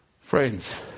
Friends